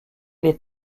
les